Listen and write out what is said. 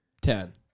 Ten